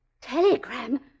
Telegram